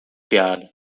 piada